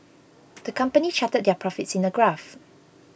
the company charted their profits in a graph